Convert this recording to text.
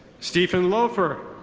steven loafer.